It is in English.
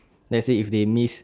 let's say if they miss